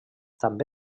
també